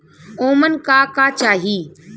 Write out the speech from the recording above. ओमन का का चाही?